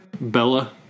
Bella